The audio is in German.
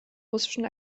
russischen